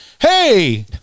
hey